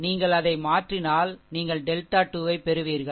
நீங்கள் அதை மாற்றினால் நீங்கள் டெல்டா 2 ஐப் பெறுவீர்கள்